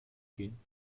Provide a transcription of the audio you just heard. gehen